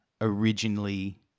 originally